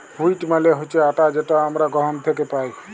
wheat মালে হছে আটা যেট আমরা গহম থ্যাকে পাই